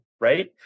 Right